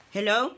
Hello